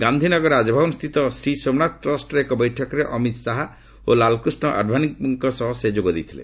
ଗାନ୍ଧୀନଗର ରାଜଭବନସ୍ଥିତ ଶ୍ରୀସୋମନାଥ ଟ୍ରଷ୍ଟର ଏକ ବୈଠକରେ ଅମିତ ଶାହା ଓ ଲାଲକୃଷ୍ଣ ଆଡଭାନୀଙ୍କ ସହ ସେ ଯୋଗ ଦେଇଥିଲେ